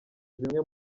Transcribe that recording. zimwe